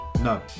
No